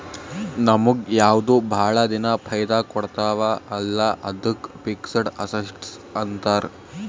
ನಮುಗ್ ಯಾವ್ದು ಭಾಳ ದಿನಾ ಫೈದಾ ಕೊಡ್ತಾವ ಅಲ್ಲಾ ಅದ್ದುಕ್ ಫಿಕ್ಸಡ್ ಅಸಸ್ಟ್ಸ್ ಅಂತಾರ್